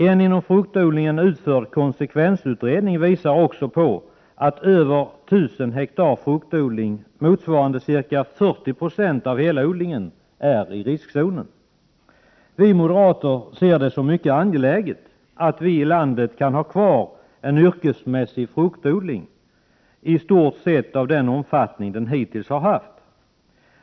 En inom fruktodlingen utförd konsekvens utredning visar också att över 1 000 hektar fruktodling, motsvarande ca 40 96 av hela odlingen, är i riskzonen. Vi moderater ser det som mycket angeläget att vi i landet kan ha kvar en yrkesmässig fruktodling av i stort sett samma omfattning som hittills.